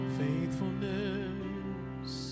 faithfulness